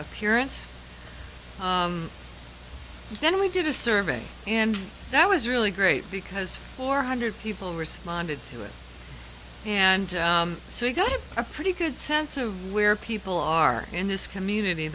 appearance then we did a survey and that was really great because four hundred people responded to it and so we got a pretty good sense of where people are in this community